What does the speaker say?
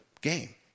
game